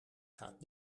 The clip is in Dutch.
gaat